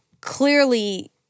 clearly